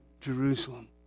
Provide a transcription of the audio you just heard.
Jerusalem